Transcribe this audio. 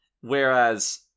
Whereas